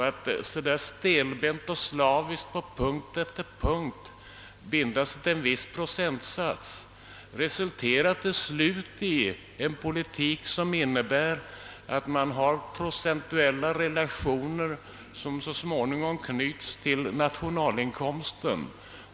Att stelbent och slaviskt, punkt efter punkt, binda sig till en viss procentsats resulterar till slut i en politik som innebär procentuella relationer som så småningom knyts till nationalinkomsten.